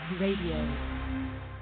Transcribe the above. radio